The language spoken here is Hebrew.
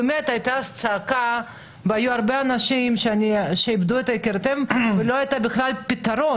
היתה באמת זעקה והיו הרבה אנשים שאיבדו את יקיריהם ובכלל לא היה פתרון.